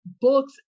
books